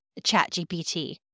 ChatGPT